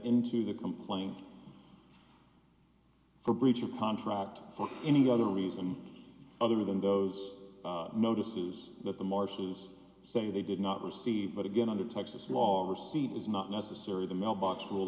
into the complaint for breach of contract for any other reason other than those notices that the marshes say they did not receive but again under texas law overseen is not necessary the mailbox rule